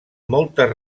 moltes